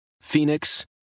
Phoenix